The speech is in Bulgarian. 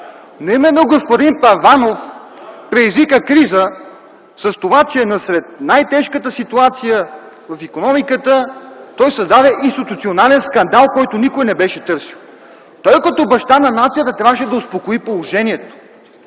Но именно господин Първанов предизвика криза с това, че насред най-тежката ситуация в икономиката той създаде институционален скандал, който никой не беше търсил. Той като баща на нацията трябваше да успокои положението,